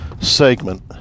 segment